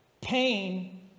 Pain